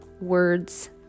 words